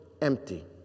empty